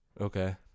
Okay